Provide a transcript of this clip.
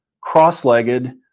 cross-legged